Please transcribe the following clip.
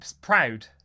Proud